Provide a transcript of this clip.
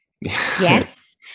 Yes